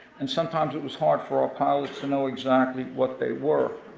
and sometimes it was hard for our pilots to know exactly what they were.